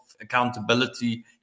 accountability